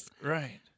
Right